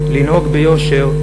לנהוג ביושר,